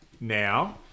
now